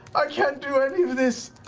i can't do any of this.